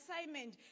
assignment